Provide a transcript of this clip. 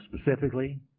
specifically